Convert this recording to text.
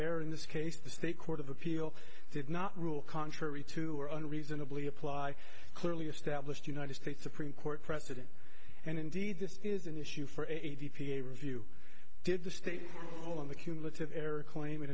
error in this case the state court of appeal did not rule contrary to or unreasonably apply clearly established united states supreme court precedent and indeed this is an issue for a t p a review did the state on the cumulative error claim i